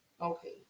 Okay